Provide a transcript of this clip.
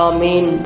Amen